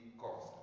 cost